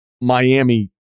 Miami